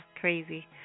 crazy